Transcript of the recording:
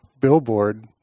billboard